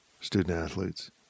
student-athletes